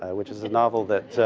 ah which is a novel that,